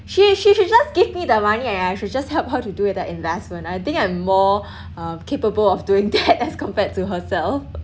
she she she should just give me the money and I should just help her to do the investment I think I'm more err capable of doing that as compared to herself